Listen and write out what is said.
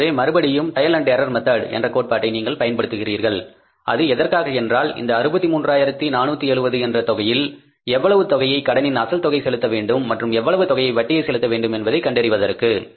எனவே மறுபடியும் trial and error method என்ற கோட்பாட்டை நீங்கள் பயன்படுத்துகிறீர்கள் அது எதற்காக என்றால் இந்த 63 ஆயிரத்து 470 என்ற தொகையில் எவ்வளவு தொகையை கடனின் அசல் தொகை செலுத்த வேண்டும் மற்றும் எவ்வளவு தொகையை வட்டியை செலுத்த வேண்டும் என்பதை கண்டறிவதற்கு